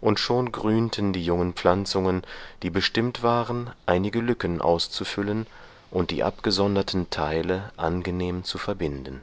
und schon grünten die jungen pflanzungen die bestimmt waren einige lücken auszufüllen und die abgesonderten teile angenehm zu verbinden